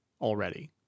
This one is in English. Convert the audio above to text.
already